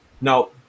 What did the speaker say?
Now